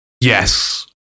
Yes